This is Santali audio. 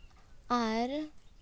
ᱟᱨ